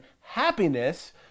happiness